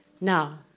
Now